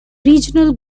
regional